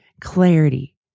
clarity